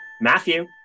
Matthew